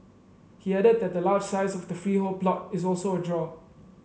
he added that the large size of the freehold plot is also a draw